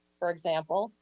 for example,